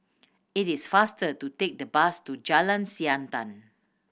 it is faster to take the bus to Jalan Siantan